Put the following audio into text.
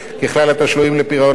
התשלומים לפירעון אשראי חדש,